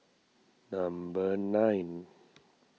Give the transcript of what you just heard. number nine